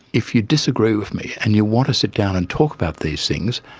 if you disagree with me and you want to sit down and talk about these things,